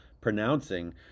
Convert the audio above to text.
pronouncing